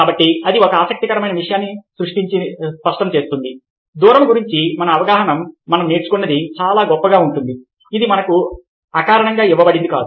కాబట్టి ఇది ఒక ఆసక్తికరమైన విషయాన్ని స్పష్టం చేస్తుంది దూరం గురించి మన అవగాహన మనం నేర్చుకున్నది చాలా గొప్పగా ఉంటుంది అది మనకు అకారణంగా ఇవ్వబడింది కాదు